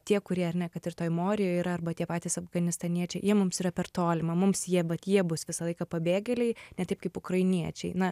tie kurie ar ne kad ir toj morijoj yra arba tie patys afganistaniečiai jie mums yra per toli mums jie bet jie bus visą laiką pabėgėliai ne taip kaip ukrainiečiai na